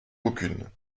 aucune